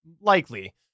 likely